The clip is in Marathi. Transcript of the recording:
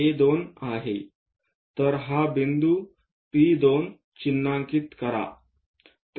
तर हा बिंदू P2 चिन्हांकित करा